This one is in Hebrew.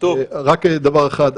רק דבר אחד.